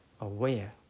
aware